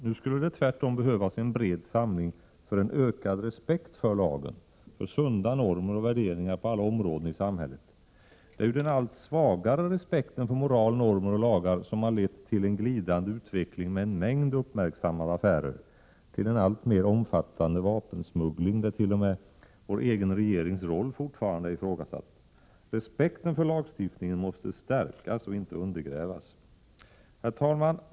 Nu skulle det tvärtom behövas en bred samling för en ökad respekt för lagen, för sunda normer och värderingar på alla områden i samhället. Det är ju den allt svagare respekten för moral, normer och lagar som har lett till en glidande utveckling med en mängd uppmärksammade affärer, till en alltmer omfattande vapensmuggling, där t.o.m. vår egen regerings roll fortfarande är ifrågasatt. Respekten för lagstiftningen måste stärkas, inte undergrävas. Herr talman!